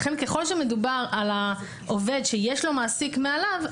לכן ככל שמדובר על העובד שיש לו מעסיק מעליו,